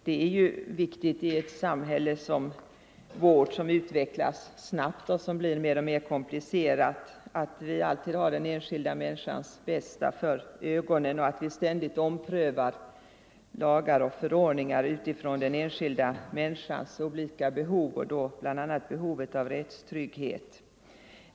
Det är viktigt i ett samhälle som vårt, som utvecklas snabbt och blir mer och mer komplicerat, att vi alltid har den enskilda människans bästa för ögonen och ständigt omprövar lagar och förordningar utifrån den enskilda människans olika behov, bl.a. behovet av rättstrygghet.